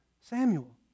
Samuel